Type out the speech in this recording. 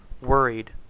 worried